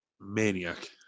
Maniac